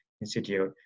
Institute